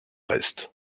reste